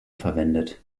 verwendet